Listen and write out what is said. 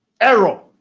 error